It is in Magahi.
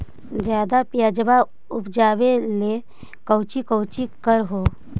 ज्यादा प्यजबा उपजाबे ले कौची कौची कर हो?